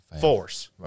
Force